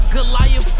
Goliath